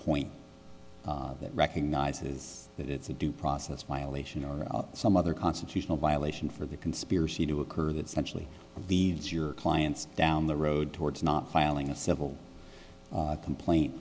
point that recognizes that it's a due process violation or some other constitutional violation for the conspiracy to occur that's actually the it's your clients down the road towards not filing a civil complaint